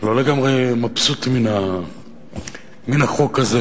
לא לגמרי מבסוט מן החוק הזה,